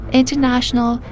international